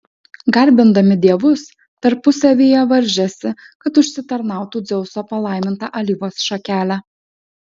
garbindami dievus tarpusavyje varžėsi kad užsitarnautų dzeuso palaimintą alyvos šakelę